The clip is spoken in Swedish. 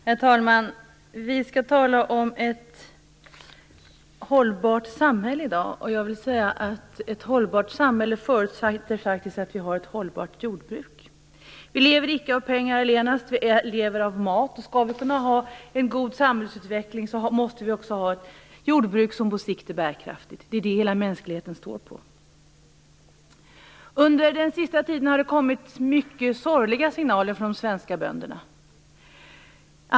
Herr talman! Vi skall tala om ett hållbart samhälle i dag, och jag vill säga att ett hållbart samhälle faktiskt förutsätter att vi har ett hållbart jordbruk. Vi lever icke av pengar allena, vi lever av mat. Skall vi kunna ha en god samhällsutveckling måste vi också har ett jordbruk som är bärkraftigt på sikt. Det är det hela mänskligheten står på. Under den senaste tiden har det kommit mycket sorgliga signaler från de svenska bönderna.